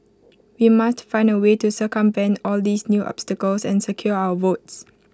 we must find A way to circumvent all these new obstacles and secure our votes